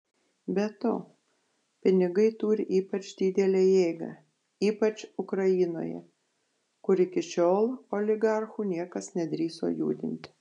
be to pinigai turi ypač didelę jėgą ypač ukrainoje kur iki šiol oligarchų niekas nedrįso judinti